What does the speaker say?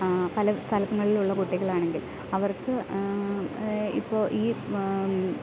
പല സ്ഥലങ്ങളിൽ ഉള്ള കുട്ടികൾ ആണെങ്കിൽ അവർക്ക് ഇപ്പോൾ ഈ